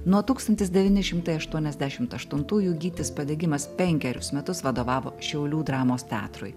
nuo tūkstantis devyni šimtai aštruoniasdešimt aštuntųjų gytis padegimas penkerius metus vadovavo šiaulių dramos teatrui